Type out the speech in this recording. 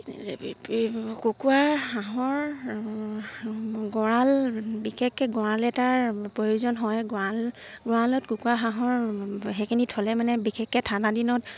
কুকুৰাৰ হাঁহৰ গঁৰাল বিশেষকে গঁৰাল এটাৰ প্ৰয়োজন হয় গঁৰাল গঁৰালত কুকুৰা হাঁহৰ সেইখিনি থ'লে মানে বিশেষকে ঠাণ্ডা দিনত